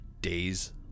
days